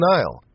Nile